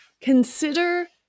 Consider